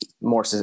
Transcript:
more